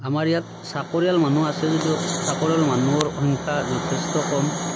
আমাৰ ইয়াত চাকৰিয়াল মানুহ আছে যদিও চাকৰিয়াল মানুহৰ সংখ্যা যথেষ্ট কম